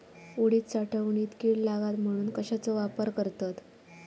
उडीद साठवणीत कीड लागात म्हणून कश्याचो वापर करतत?